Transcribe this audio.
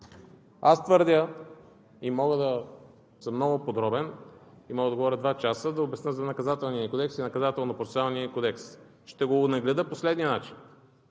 Твърдя и мога да съм много подробен, мога да говоря два часа – да обясня за Наказателния кодекс и Наказателно-процесуалния кодекс. Ще го онагледя по следния начин.